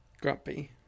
Grumpy